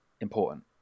important